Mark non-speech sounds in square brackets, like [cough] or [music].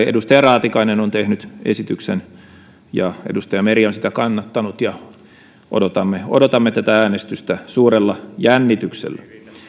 [unintelligible] edustaja raatikainen on tehnyt esityksen ja edustaja meri on sitä kannattanut ja odotamme odotamme tätä äänestystä suurella jännityksellä